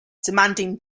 demanding